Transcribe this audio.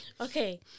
okay